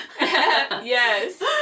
yes